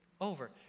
over